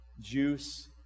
juice